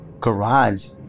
garage